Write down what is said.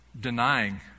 denying